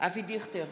אבי דיכטר,